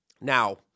Now